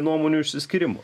nuomonių išsiskyrimų